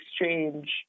exchange